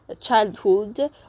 childhood